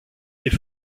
est